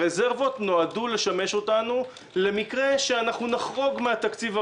הרזרבות נועדו לשמש אותנו למקרה שאנחנו נחרוג מן התקציב הרגיל.